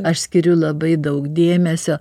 aš skiriu labai daug dėmesio